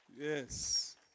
Yes